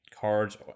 cards